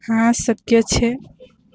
હા શક્ય છે